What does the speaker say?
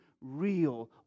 real